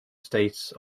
states